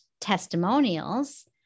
testimonials